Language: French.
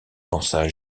pensa